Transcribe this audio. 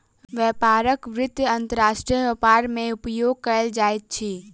व्यापारक वित्त अंतर्राष्ट्रीय व्यापार मे उपयोग कयल जाइत अछि